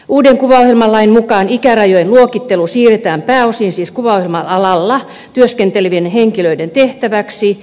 uuden kuvaohjelmalain mukaan ikärajojen luokittelu siirretään pääosin siis kuvaohjelma alalla työskentelevien henkilöiden tehtäväksi